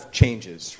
changes